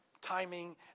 timing